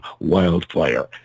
Wildfire